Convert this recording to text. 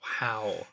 Wow